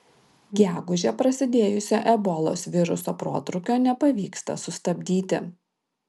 gegužę prasidėjusio ebolos viruso protrūkio nepavyksta sustabdyti